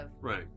Right